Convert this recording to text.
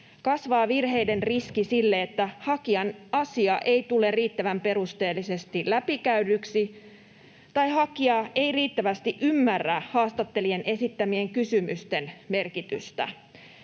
kasvaa riski virheille siinä, että hakijan asia ei tule riittävän perusteellisesti läpikäydyksi tai hakija ei riittävästi ymmärrä haastattelijan esittämien kysymysten merkitystä.